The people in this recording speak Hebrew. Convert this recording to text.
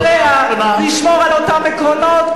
לא יודע לשמור על אותם עקרונות,